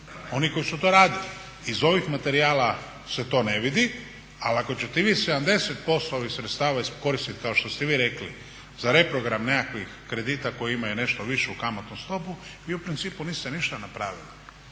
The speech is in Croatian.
onih koji su to radili. Iz ovih materijala se to ne vidi, ali ako ćete vi 70% ovih sredstava iskoristit kao što ste vi rekli za reprogram nekakvih kredita koji imaju nešto višu kamatnu stopu vi u principu niste ništa napravili.